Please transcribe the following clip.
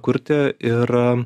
kurti ir